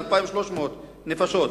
2,300 נפשות,